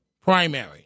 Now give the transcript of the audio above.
primary